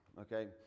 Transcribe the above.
okay